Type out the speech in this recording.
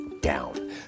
down